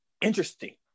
interesting